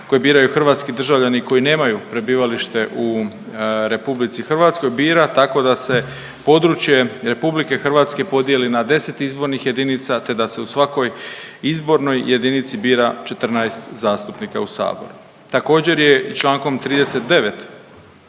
koje biraju hrvatski državljani koji nemaju prebivalište u RH bira tako da se područje RH podijeli na 10 izbornih jedinica te da se u svakoj izbornoj jedinici bira 14 zastupnika u Sabor. Također je i čl. 39.